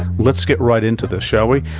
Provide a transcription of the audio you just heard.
let's get right into this, shall we?